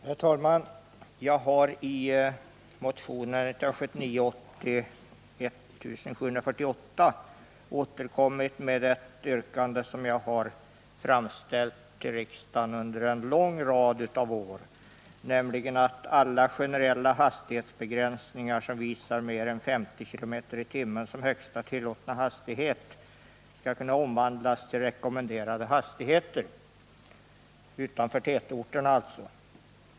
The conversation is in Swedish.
Herr talman! Jag har i motion 1979 tim som högsta tillåtna hastighet skall omvandlas till rekommenderade hastigheter på vägar utanför tätorterna.